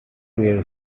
were